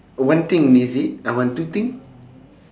one thing is it I want two thing